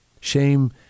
Shame